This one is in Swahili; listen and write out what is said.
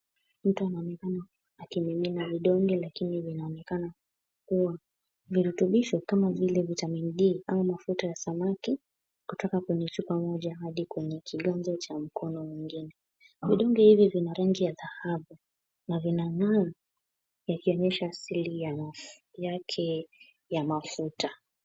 Mtu anaonekana akimimina vidonge lakini vinaonekana kuwa virutubisho kama vile vitamini D au mafuta ya samaki kutoka kwenye chupa moja hadi kwenye kiganja cha mkono mwingine. Vidonge hivi vina rangi ya dhahabu, na vina ng'aa yakionyesha asili ya nafsi yake ya mafuta.